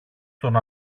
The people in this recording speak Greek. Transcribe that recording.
των